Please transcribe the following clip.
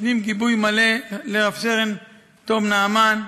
נותנים גיבוי מלא לרב-סרן תום נעמן,